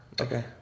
Okay